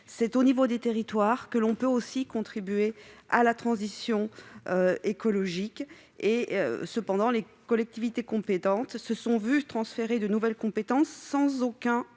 C'est au niveau des territoires que l'on peut contribuer à la transition écologique. Mais les collectivités se sont vu transférer de nouvelles compétences sans aucun nouveau